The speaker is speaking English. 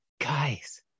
guys